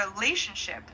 relationship